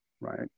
right